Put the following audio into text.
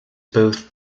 both